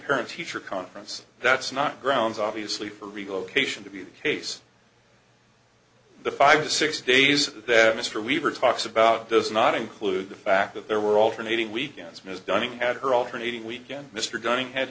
parent teacher conference that's not grounds obviously for relocation to be the case the five to six days that mr weaver talks about does not include the fact that there were alternating weekends ms dhoni had her alternating weekend mr dunning had